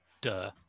Duh